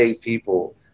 people